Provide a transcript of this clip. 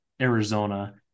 Arizona